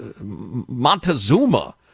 Montezuma